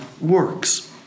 works